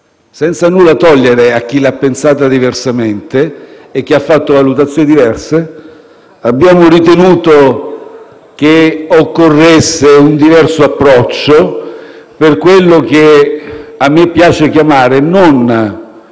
senza nulla togliere a chi l'ha pensata diversamente e ha fatto valutazioni diverse. Abbiamo ritenuto che occorresse un diverso approccio per quello che a me piace chiamare non